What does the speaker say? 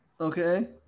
okay